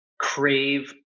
crave